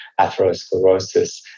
atherosclerosis